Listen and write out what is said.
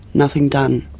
nothing done.